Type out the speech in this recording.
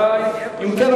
אם כן,